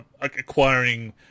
acquiring